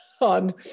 on